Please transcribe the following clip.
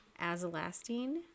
Azelastine